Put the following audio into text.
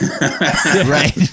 Right